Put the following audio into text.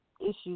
issues